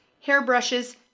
hairbrushes